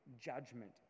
judgment